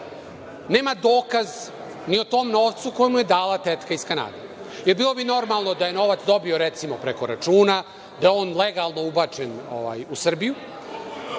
nema dokaz ni o tom novcu koji mu je dala tetka iz Kanade, jer bilo bi normalno da je novac dobio, recimo, preko računa, da je on legalno ubačen u Srbiju,